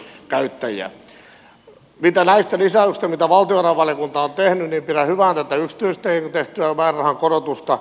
näistä lisäyksistä mitä valtiovarainvaliokunta on tehnyt pidän hyvänä tätä yksityisteille tehtyä määrärahan korotusta